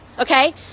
okay